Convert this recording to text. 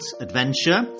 adventure